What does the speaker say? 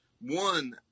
One